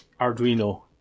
Arduino